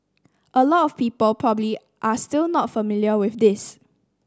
a lot of people probably are still not familiar with this